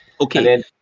Okay